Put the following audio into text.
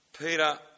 Peter